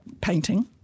painting